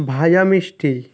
ভাজা মিষ্টি